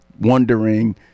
wondering